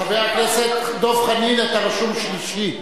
חבר הכנסת דב חנין, אתה רשום שלישי.